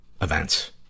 events